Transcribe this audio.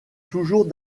toujours